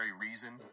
reason